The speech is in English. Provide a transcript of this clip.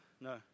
No